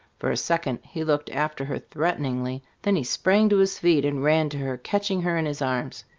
for a second he looked after her threateningly, then he sprang to his feet, and ran to her, catching her in his arms.